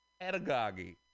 Pedagogy